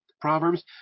Proverbs